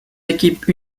équipes